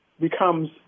becomes